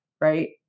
Right